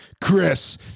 Chris